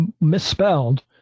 misspelled